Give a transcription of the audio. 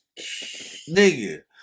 nigga